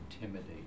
intimidate